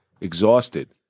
exhausted